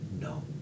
No